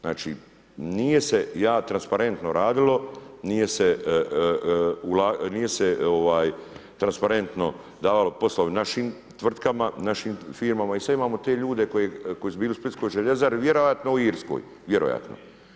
Znači, nije se transparentno radilo, nije se transparentno davali poslovi našim tvrtkama, našim firmama i sve imamo te ljude koji su bili u Splitskoj željezari, vjerojatno u Irskoj, vjerojatno.